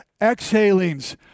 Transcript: exhalings